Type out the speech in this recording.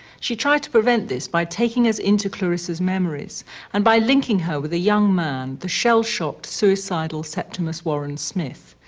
she tried to prevent this by taking us into clarissa's memories and by linking her with a young man, the shell-shocked, suicidal septimus warren smith.